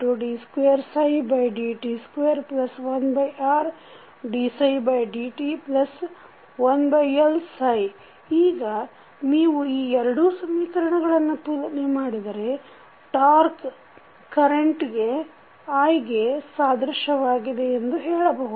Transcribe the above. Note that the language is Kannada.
iCd2dt21Rdψdt1Lψ ಈಗ ನೀವು ಈ ಎರಡೂ ಸಮೀಕರಣಗಳನ್ನು ತುಲನೆ ಮಾಡಿದರೆ ಟಾಕ್೯ ಕರೆಂಟ್ i ಗೆ ಸಾದೃಶ್ಯವಾಗಿದೆ ಎಂದು ಹೇಳಬಹುದು